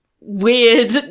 weird